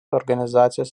organizacijos